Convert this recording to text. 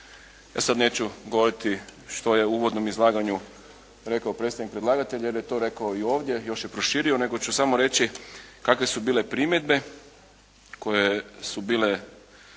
Sad neću govoriti što je u uvodnom izlaganju rekao predstavnik predlagatelja jer je to rekao i ovdje, još je proširio, nego ću samo reći kakve su bile primjedbe koje su bile